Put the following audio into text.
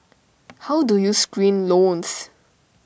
how do you screen loans